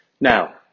Now